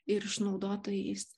ir išnaudotojais